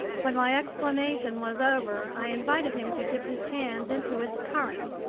when my explanation was over, i invited him to dip his hands into its current.